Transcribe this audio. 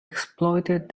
exploited